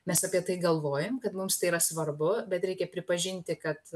mes apie tai galvojam kad mums tai yra svarbu bet reikia pripažinti kad